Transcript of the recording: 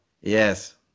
Yes